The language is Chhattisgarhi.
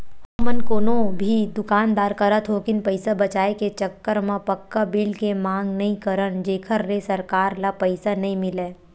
हमन कोनो भी दुकानदार करा थोकिन पइसा बचाए के चक्कर म पक्का बिल के मांग नइ करन जेखर ले सरकार ल पइसा नइ मिलय